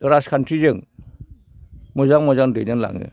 राजखान्थिजों मोजां मोजां दैदेनलाङो